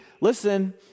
listen